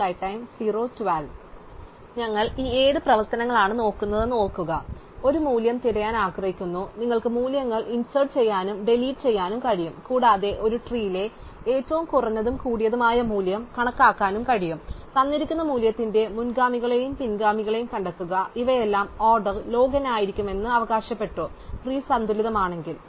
അതിനാൽ ഞങ്ങൾ ഈ 7 പ്രവർത്തനങ്ങളാണ് നോക്കുന്നതെന്ന് ഓർക്കുക ഞങ്ങൾക്ക് ഒരു മൂല്യം തിരയാൻ ആഗ്രഹിക്കുന്നു നിങ്ങൾക്ക് മൂല്യങ്ങൾ ഇൻസേർട് ചെയ്യാനും ഡെലീറ്റ് ചെയ്യാനും കഴിയും കൂടാതെ ഒരു ട്രീലെ ഏറ്റവും കുറഞ്ഞതും കൂടിയതുമായ മൂല്യം കണക്കാക്കാനും നിങ്ങൾക്ക് കഴിയും തന്നിരിക്കുന്ന മൂല്യത്തിന്റെ മുൻഗാമികളെയും പിൻഗാമികളെയും കണ്ടെത്തുക ഇവയെല്ലാം ഓർഡർ log n ആയിരിക്കുമെന്ന് ഞങ്ങൾ അവകാശപ്പെട്ടു ട്രീ സന്തുലിതമാണെങ്കിൽ